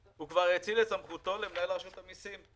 הוא כבר האציל את סמכותו למנהל רשות המיסים.